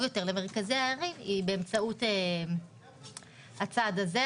יותר למרכזי הערים היא באמצעות הצעד הזה.